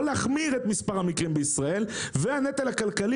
להחמיר ולהגדיל את מספר המקרים בישראל ושהנטל הכלכלי